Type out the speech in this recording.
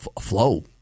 flow